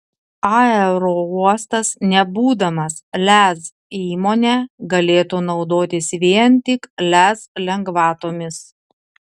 aerouostas nebūdamas lez įmone galėtų naudotis vien tik lez lengvatomis